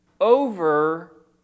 over